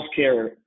healthcare